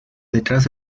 detrás